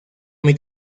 muy